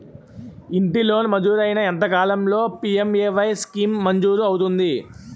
ఇంటి లోన్ మంజూరైన ఎంత కాలంలో పి.ఎం.ఎ.వై స్కీమ్ మంజూరు అవుతుంది?